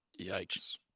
Yikes